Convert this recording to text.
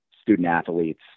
student-athletes